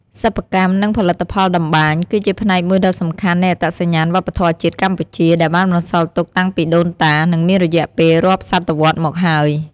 សិប្បកម្ម និងផលិតផលតម្បាញ គឺជាផ្នែកមួយដ៏សំខាន់នៃអត្តសញ្ញាណវប្បធម៌ជាតិកម្ពុជា ដែលបានបន្សល់ទុកតាំងពីដូនតា និងមានរយៈពេលរាប់សតវត្សរ៍មកហើយ។